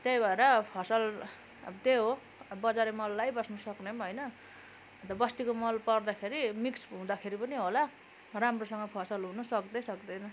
त्यही भएर फसल अब त्यही हो बजारे मल लगाइबस्नु सक्ने पनि हौइना बस्तीको मल पाउँदाखेरि मिक्स हुँदाखेरि पनि होला राम्रोसँग फसल हुनु सक्दै सक्दैन